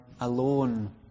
alone